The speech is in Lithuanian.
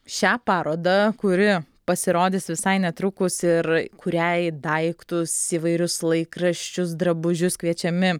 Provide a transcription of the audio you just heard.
šią parodą kuri pasirodys visai netrukus ir kuriai daiktus įvairius laikraščius drabužius kviečiami